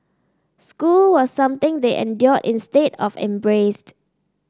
school was something they endured instead of embraced